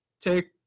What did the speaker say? take